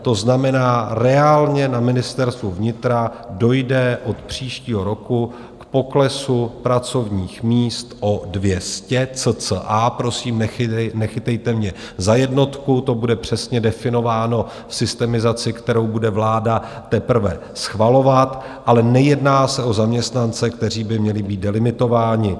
To znamená, reálně na Ministerstvu vnitra dojde od příštího roku k poklesu pracovních míst o 200 cca, prosím, nechytejte mě za jednotku, to bude přesně definováno v systemizaci, kterou bude vláda teprve schvalovat, ale nejedná se o zaměstnance, kteří by měli být delimitováni.